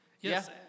Yes